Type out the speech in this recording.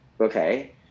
okay